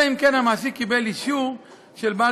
אלא אם כן קיבל המעסיק אישור של בעל